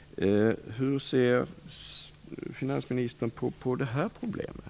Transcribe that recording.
Hur ser finansministern på det här problemet?